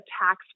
tax